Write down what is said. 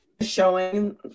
showing